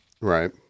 Right